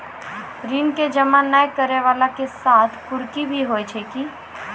ऋण के जमा नै करैय वाला के साथ कुर्की भी होय छै कि?